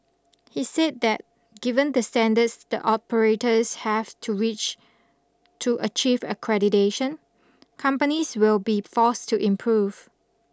he said that given the standards that operators have to reach to achieve accreditation companies will be forced to improve